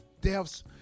deaths